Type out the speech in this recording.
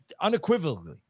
unequivocally